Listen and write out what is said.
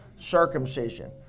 Circumcision